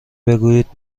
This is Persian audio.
بگویید